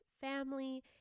family